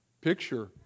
picture